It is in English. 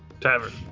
Tavern